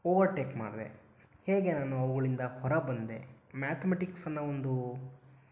overtake ಮಾಡಿದೆ ಹೇಗೆ ನಾನು ಅವುಗಳಿಂದ ಹೊರ ಬಂದೆ ಮ್ಯಾತ್ಮೆಟಿಕ್ಸ್ ಅನ್ನೋ ಒಂದು